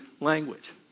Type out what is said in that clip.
language